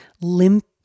limp